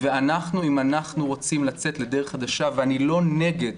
אם אנחנו רוצים לצאת לדרך חדשה, ואני לא נגד